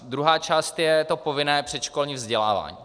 Druhá část je to povinné předškolní vzdělávání.